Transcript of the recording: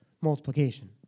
multiplication